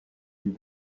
lui